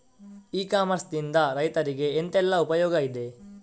E commerce ನಿಂದ ರೈತರಿಗೆ ಎಂತೆಲ್ಲ ಉಪಯೋಗ ಇದೆ?